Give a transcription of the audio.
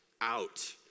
out